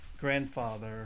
grandfather